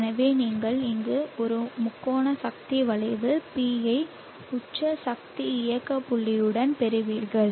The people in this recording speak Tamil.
எனவே நீங்கள் இங்கு ஒரு முக்கோண சக்தி வளைவு P ஐ உச்ச சக்தி இயக்க புள்ளியுடன் பெறுவீர்கள்